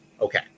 okay